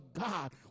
God